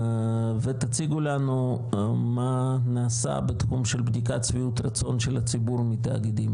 ותציגו לנו מה נעשה בתחום של מידת שביעות הרצון של הציבור מהתאגידים,